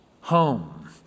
home